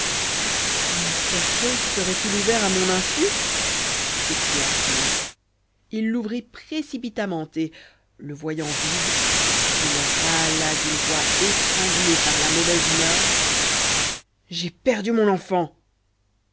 mon cercueil se serait-il ouvert à mon insu s'écria-t-il il l'ouvrit précipitamment et le voyant vide il râla d'une voix étranglée par la mauvaise humeur j'ai perdu mon enfant